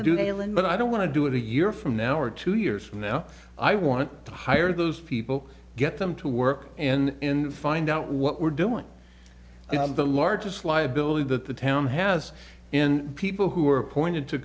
and but i don't want to do it a year from now or two years from now i want to hire those people get them to work and find out what we're doing and the largest liability that the town has and people who are appointed to